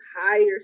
higher